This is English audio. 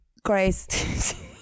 Grace